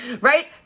Right